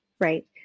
right